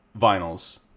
vinyls